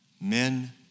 Men